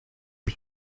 ihr